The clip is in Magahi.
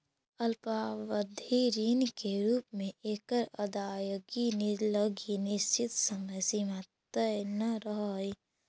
अल्पावधि ऋण के रूप में एकर अदायगी लगी निश्चित समय सीमा तय न रहऽ हइ